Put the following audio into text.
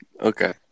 okay